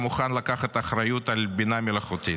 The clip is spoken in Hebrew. שמוכן לקחת אחריות על בינה מלאכותית.